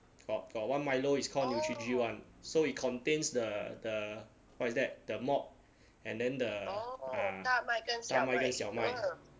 got got one milo is called neutri g [one] so it contains the the what is that the malt and then the ah 大麦跟小麦